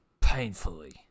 painfully